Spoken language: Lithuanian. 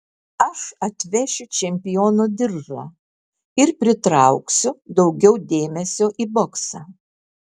aš atvešiu čempiono diržą ir pritrauksiu daugiau dėmesio į boksą